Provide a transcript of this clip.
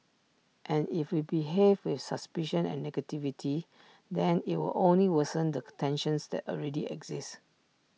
and if we behave with suspicion and negativity then IT will only worsen the tensions that already exist